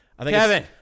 Kevin